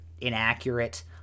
inaccurate